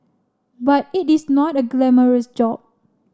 but it is not a glamorous job